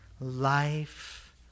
life